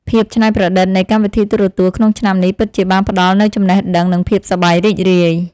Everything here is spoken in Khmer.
ភាពច្នៃប្រឌិតនៃកម្មវិធីទូរទស្សន៍ក្នុងឆ្នាំនេះពិតជាបានផ្តល់នូវចំណេះដឹងនិងភាពសប្បាយរីករាយ។